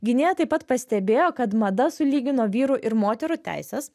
gynėja taip pat pastebėjo kad mada sulygino vyrų ir moterų teises